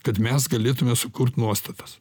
kad mes galėtume sukurt nuostatas